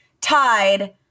tied